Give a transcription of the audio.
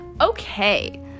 Okay